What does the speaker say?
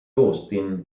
austin